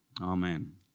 Amen